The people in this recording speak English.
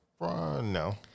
No